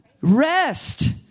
Rest